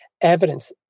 evidence